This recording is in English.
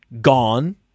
gone